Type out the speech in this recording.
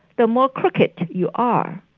the more crooked you are,